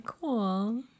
cool